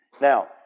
Now